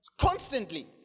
Constantly